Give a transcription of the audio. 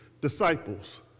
disciples